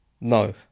No